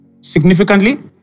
significantly